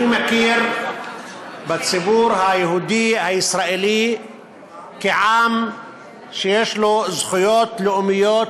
אני מכיר בציבור היהודי הישראלי כעם שיש לו זכויות לאומיות,